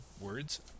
words